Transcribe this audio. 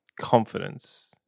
confidence